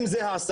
אם זה העסקה,